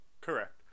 Correct